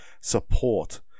support